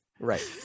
Right